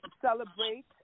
celebrate